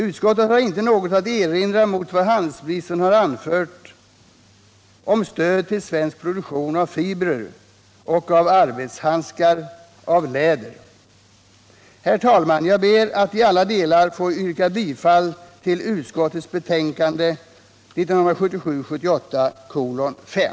Utskottet har inte något att erinra mot vad handelsministern har anfört om stöd till svensk produktion av fibrer och av arbetshandskar av läder. Herr talman! Jag ber att i alla delar få yrka bifall till utskottets hemställan i betänkande 1977/78:5.